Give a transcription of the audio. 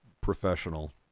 professional